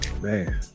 Man